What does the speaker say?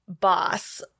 boss